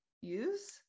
use